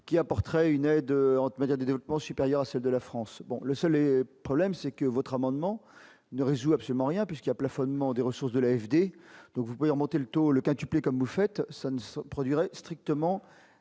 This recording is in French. qui apporterait une aide médias des dépenses supérieures à celle de la France, le seul problème c'est que votre amendement ne résout absolument rien puisqu'il y a plafonnement des ressources de l'AFD, donc vous pouvez remonter le taux le quintuplé comme vous faites ça ne se produirait strictement